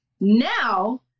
now